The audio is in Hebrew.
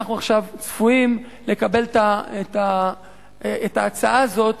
אנחנו עכשיו צפויים לקבל את ההצעה הזאת